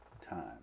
time